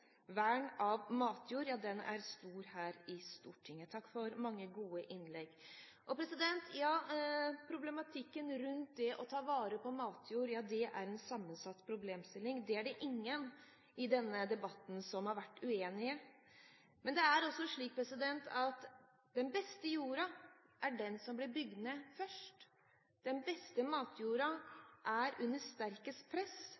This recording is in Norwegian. vern av matjord er stort her i Stortinget. Takk for mange gode innlegg. Problematikken rundt det å ta vare på matjord er sammensatt. Det er det ingen i denne debatten som har vært uenig i. Men det er også slik at den beste jorden er den som blir bygd ned først. Den beste matjorden er under sterkest press,